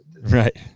Right